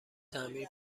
تعمیر